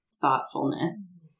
thoughtfulness